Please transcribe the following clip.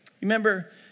Remember